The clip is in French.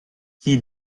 qui